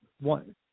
One